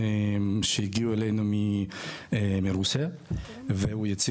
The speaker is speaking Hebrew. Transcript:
אחד מהאנשים הידועים שהגיעו אלינו מרוסיה והוא יציג את עצמו.